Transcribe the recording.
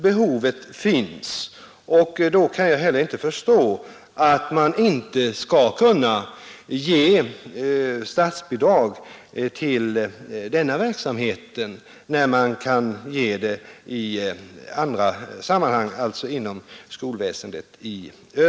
Behovet finns alltså, och då kan jag inte förstå varför man inte skall kunna ge statsbidrag till den verksamheten, när bidrag utgår till liknande verksamhet inom det övriga skolväsendet.